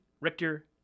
Richter